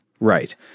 Right